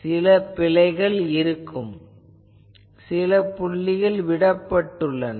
எனவே சில பிழைகள் இருக்கும் ஏனெனில் சில புள்ளிகள் விடப்பட்டுள்ளன